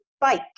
bike